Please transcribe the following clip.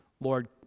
Lord